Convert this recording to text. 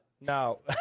No